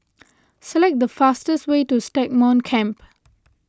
select the fastest way to Stagmont Camp